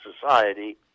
society